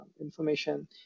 information